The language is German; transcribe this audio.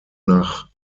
nach